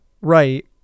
right